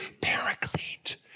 Paraclete